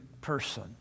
person